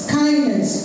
kindness